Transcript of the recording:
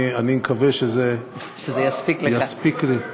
אני מקווה שזה, שזה יספיק לך.